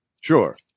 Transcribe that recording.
Sure